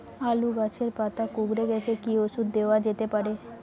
আলু গাছের পাতা কুকরে গেছে কি ঔষধ দেওয়া যেতে পারে?